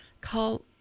call